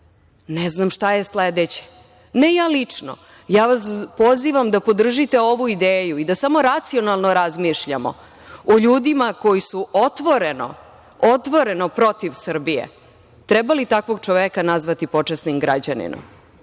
Ne znam šta je sledeće, ne ja lično. Ja vas pozivam da podržite ovu ideju i da samo racionalno razmišljamo o ljudima koji su otvoreno protiv Srbije. Treba li takvog čoveka nazvati počasnim građaninom?